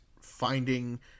finding